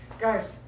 guys